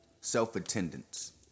self-attendance